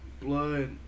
blood